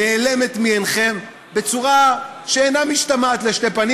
נעלמים מעיניכם בצורה שאינה משתמעת לשתי פנים,